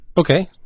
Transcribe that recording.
Okay